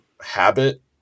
habit